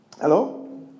Hello